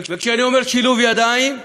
וכשאני אומר שילוב ידיים,